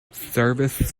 service